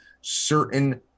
certain